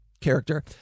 character